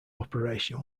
operation